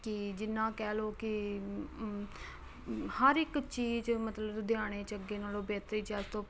ਕੀ ਜਿੰਨਾ ਕਹਿ ਲਓ ਕਿ ਹਰ ਇੱਕ ਚੀਜ਼ ਮਤਲਬ ਲੁਧਿਆਣੇ 'ਚ ਅੱਗੇ ਨਾਲੋਂ ਬਿਹਤਰੀ ਜੇ ਅੱਜ ਤੋਂ